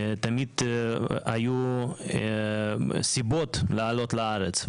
תמיד היו סיבות לעלות לארץ.